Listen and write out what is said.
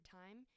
time